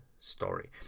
story